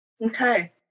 Okay